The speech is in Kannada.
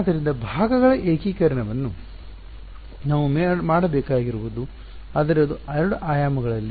ಆದ್ದರಿಂದ ಭಾಗಗಳ ಏಕೀಕರಣವನ್ನು ನಾವು ಮಾಡಬೇಕಾಗಿರುವುದು ಆದರೆ ಅದು ಎರಡು ಆಯಾಮಗಳಲ್ಲಿ